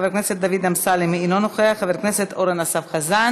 חברת הכנסת יעל כהן-פארן,